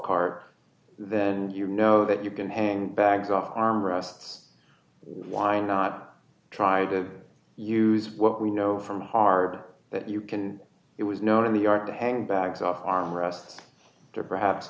cart then and you know that you can hang bags off armrests why not try to use what we know from hard that you can it was known in the art to hang bags off armrest to perhaps